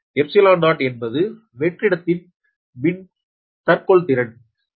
𝜖0 என்பது வெற்றிடத்தின் மின் தற்கொள்திறன் 𝜖0 8